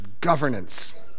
governance